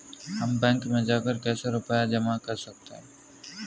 हम बैंक में जाकर कैसे रुपया जमा कर सकते हैं?